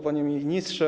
Panie Ministrze!